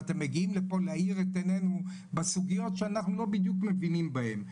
ואתם מגיעים לפה להאיר את עינינו בסוגיות שאנחנו לא בדיוק מבינים בהן.